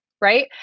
right